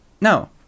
no